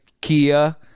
Kia